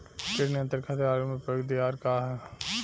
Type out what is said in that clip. कीट नियंत्रण खातिर आलू में प्रयुक्त दियार का ह?